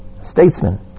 statesman